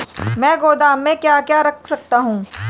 मैं गोदाम में क्या क्या रख सकता हूँ?